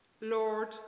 Lord